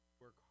work